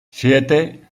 siete